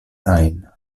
ajn